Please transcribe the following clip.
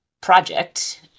project